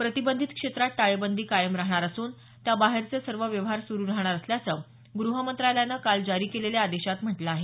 प्रतिबंधित क्षेत्रात टाळेबंदी कायम राहणार असून त्याबाहेरचे सर्व व्यवहार सुरु राहणार असल्याचं गृह मंत्रालयानं काल जारी केलेल्या आदेशात म्हटलं आहे